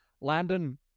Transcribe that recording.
Landon